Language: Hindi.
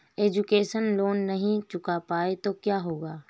एजुकेशन लोंन नहीं चुका पाए तो क्या होगा?